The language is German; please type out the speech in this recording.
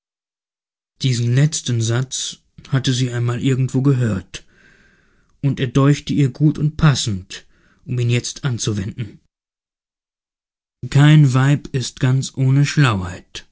diesen letzten satz hatte sie einmal irgendwo gehört und er däuchte ihr gut und passend um ihn jetzt anzuwenden kein weib ist ganz ohne schlauheit